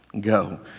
Go